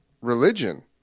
religion